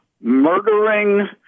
murdering